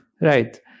Right